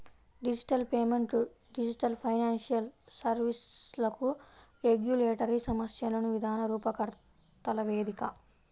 digital payment digital financial సర్వీస్లకు regulatory సమస్యలను విధాన రూపకర్తల వేదిక